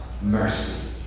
mercy